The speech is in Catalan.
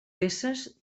peces